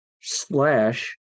slash